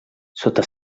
sota